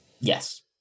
Yes